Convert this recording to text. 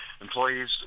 employees